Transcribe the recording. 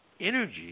energy